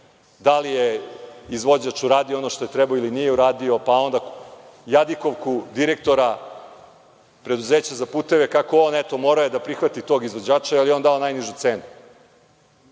da li je izvođač uradio ono što je trebalo ili nije uradio, pa onda jadikovku direktora preduzeća za puteve kako je on morao da prihvati tog izvođača, jer je on dao najnižu cenu.